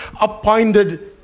appointed